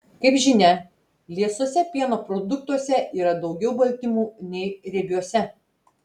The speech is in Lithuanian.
kaip žinia liesuose pieno produktuose yra daugiau baltymų nei riebiuose